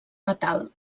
natal